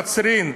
קצרין,